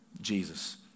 Jesus